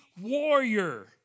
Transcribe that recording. warrior